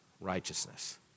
righteousness